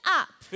up